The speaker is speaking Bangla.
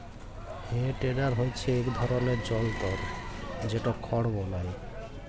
হে টেডার হচ্যে ইক ধরলের জলতর যেট খড় বলায়